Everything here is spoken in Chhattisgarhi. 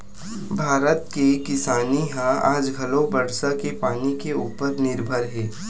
भारत के किसानी ह आज घलो बरसा के पानी के उपर निरभर हे